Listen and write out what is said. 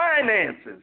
finances